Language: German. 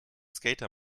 skater